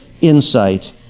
insight